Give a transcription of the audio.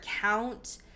count